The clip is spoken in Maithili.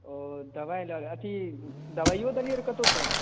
ओ अथी दबाइयो देलियै रहय कतौ सॅं